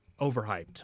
overhyped